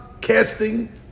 casting